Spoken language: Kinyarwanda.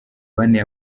bane